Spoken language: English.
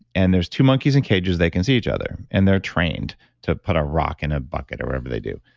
and there's two monkeys in cages that can see each other and they're trained to put a rock in a bucket or whatever they do.